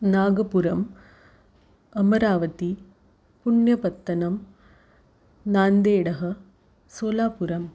नागपुरम् अमरावती पुण्यपत्तनं नान्देडः सोलापुरम्